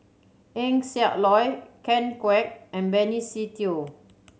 Eng Siak Loy Ken Kwek and Benny Se Teo